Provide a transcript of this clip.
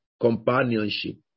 Companionship